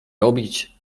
robić